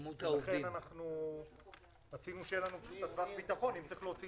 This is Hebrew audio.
ולכן רצינו שיהיה לנו טווח ביטחון אם צריך להוציא